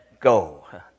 Go